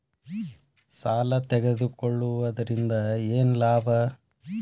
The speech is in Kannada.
ಸಾಲ ತಗೊಳ್ಳುವುದರಿಂದ ಏನ್ ಲಾಭ?